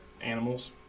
animals